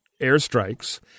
airstrikes